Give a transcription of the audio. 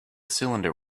cylinder